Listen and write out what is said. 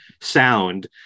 sound